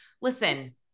Listen